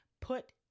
Put